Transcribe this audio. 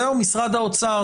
משרד האוצר,